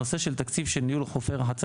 הנושא של תקציב של ניהול חופי רחצה,